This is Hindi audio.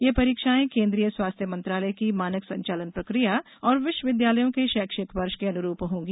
ये परीक्षाएं केंद्रीय स्वास्थ्य मंत्रालय की मानक संचालन प्रक्रिया और विश्वाविद्यालयों के शैक्षिक वर्ष के अनुरूप होंगी